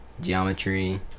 geometry